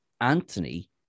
anthony